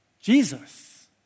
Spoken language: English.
Jesus